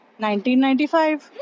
1995